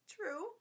true